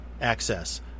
Access